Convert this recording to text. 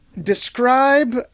describe –